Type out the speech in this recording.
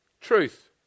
Truth